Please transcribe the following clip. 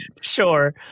Sure